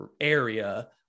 area